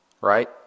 right